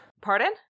Pardon